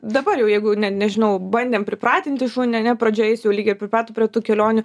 dabar jau jeigu ne nežinau bandėm pripratinti šunį ane pradžioje jis jau lyg ir priprato prie tų kelionių